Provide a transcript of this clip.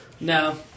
No